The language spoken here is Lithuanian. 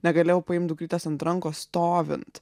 negalėjau paimt dukrytės ant rankų stovint